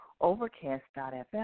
Overcast.fm